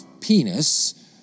penis